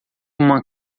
uma